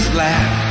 laugh